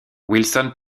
wilson